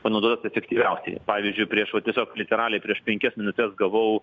panaudotas efektyviausiai pavyzdžiui prieš va tiesiog čia realiai prieš penkias minutes gavau